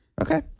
Okay